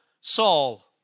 Saul